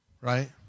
right